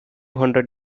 hundred